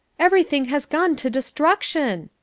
everything has gone to destruction.